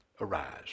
arise